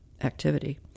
activity